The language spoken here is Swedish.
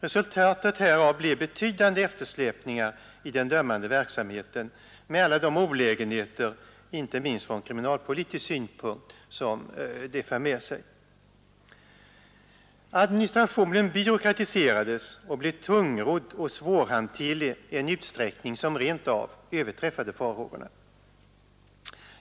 Resultatet härav blev betydande eftersläpningar i den dömande verksamheten med alla de olägenheter inte minst från kriminalpolitisk synpunkt som det för med sig. Administrationen byråkratiserades och blev tungrodd och svårhanterlig i en utsträckning som rent av överträffade farhågorna.